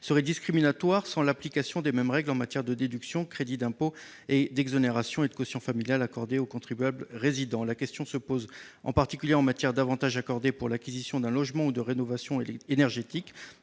serait discriminatoire sans l'application des mêmes règles en matière de déductions, de crédits d'impôt, d'exonérations et de quotient familial que celles qui sont accordées aux contribuables résidents. La question se pose en particulier en matière d'avantages accordés pour l'acquisition d'un logement ou pour une rénovation énergétique.